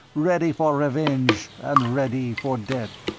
ready for revenge and ready for death.